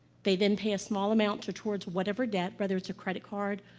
they then pay a small amount towards whatever debt, whether it's a credit card,